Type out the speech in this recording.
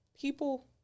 people